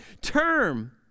term